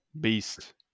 Beast